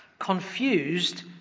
Confused